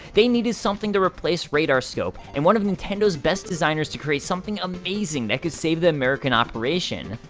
they needed something to replace radarscope and one of nintendo's best designers to create something amazing that could save the american operation.